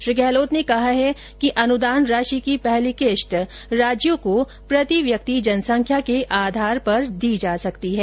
श्री गहलोत ने कहा है कि अनुदान राशि की पहली किश्त राज्यों को प्रतिव्यक्ति जनसंख्या के आधार पर दी जा सकती है